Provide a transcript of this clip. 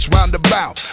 Roundabout